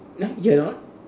!huh! you are not